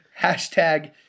Hashtag